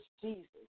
Jesus